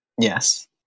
Yes